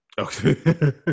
Okay